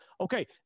okay